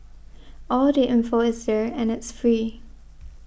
all the info is there and it's free